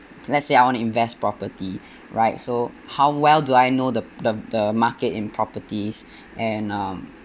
let's say I want to invest property right so how well do I know the the the market in properties and um